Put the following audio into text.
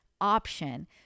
option